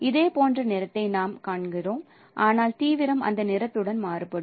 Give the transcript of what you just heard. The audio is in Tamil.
இதேபோன்ற நிறத்தை நாம் காண்கிறோம் ஆனால் தீவிரம் அந்த நிறத்துடன் மாறுபடும்